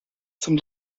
zum